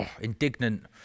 indignant